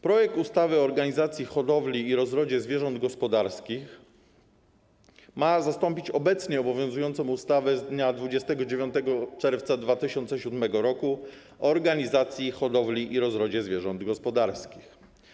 Projekt ustawy o organizacji hodowli i rozrodzie zwierząt gospodarskich ma zastąpić obecnie obowiązującą ustawę z dnia 29 czerwca 2007 r. o organizacji hodowli i rozrodzie zwierząt gospodarskich.